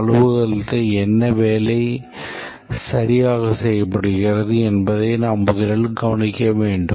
அலுவலகத்தில் என்ன வேலை சரியாக செய்யப்படுகிறது என்பதை நாம் முதலில் கவனிக்க வேண்டும்